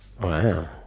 Wow